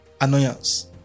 annoyance